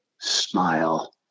smile